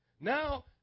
Now